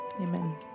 Amen